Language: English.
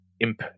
imp